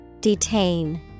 Detain